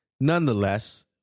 nonetheless